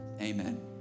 Amen